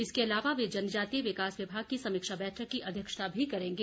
इसके अलावा वे जनजातीय विकास विभाग की समीक्षा बैठक की अध्यक्षता भी करेंगे